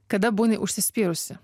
kada būni užsispyrusi